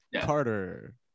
Carter